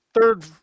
third